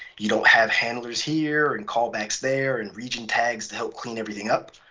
you don't have handlers here and callbacks there, and region tags to help clean everything up,